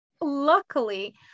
Luckily